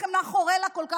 העליון.